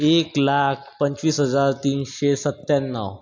एक लाख पंचवीस हजार तीनशे सत्याण्णव